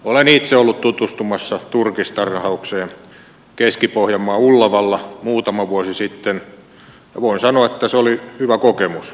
olen itse ollut tutustumassa turkistarhaukseen keski pohjanmaan ullavalla muutama vuosi sitten ja voin sanoa että se oli hyvä kokemus